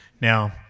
Now